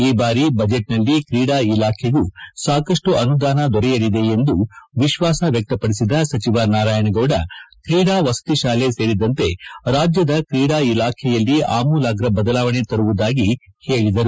ಈ ಬಾರಿ ಬಜೆಟ್ನಲ್ಲಿ ಕ್ರೀಡಾ ಇಲಾಖೆಗೂ ಸಾಕಷ್ಟು ಅನುದಾನ ದೊರೆಯಲಿದೆ ಎಂದು ವಿಶ್ವಾಸ ವ್ಯಕ್ತಪಡಿಸಿದ ಸಚಿವ ನಾರಾಯಣಗೌಡ ಕ್ರೀಡಾ ವಸತಿ ಶಾಲೆ ಸೇರಿದಂತೆ ಸೇರಿದಂತೆ ರಾಜ್ಯದ ಕ್ರೀಡಾ ಇಲಾಖೆಯಲ್ಲಿ ಆಮೂಲಾಗ್ರ ಬದಲಾವಣೆ ತರುವುದಾಗಿ ಹೇಳಿದರು